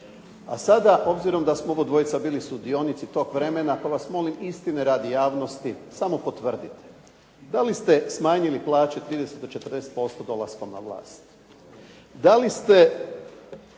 A sada obzirom da smo obojica bili sudionici toga vremena, pa vas molim isitne radi javnosti samo potvrdite. Da li ste smanjili plaće 30 do 40% dolaskom na vlast? Da li ste